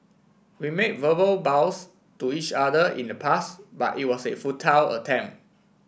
we made verbal vows to each other in the past but it was a futile attempt